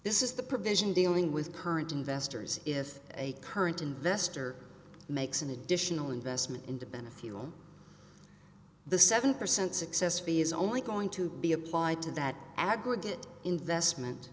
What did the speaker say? this is the provision dealing with current investors if a current investor makes an additional investment into benefield the seven percent successfully is only going to be applied to that aggregate investment